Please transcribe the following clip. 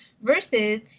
versus